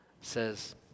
says